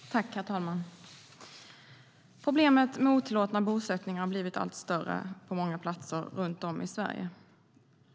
STYLEREF Kantrubrik \* MERGEFORMAT Ersättningsrätt och insolvensrättHerr talman! Problemet med otillåtna bosättningar har blivit allt större på många platser runt om i Sverige.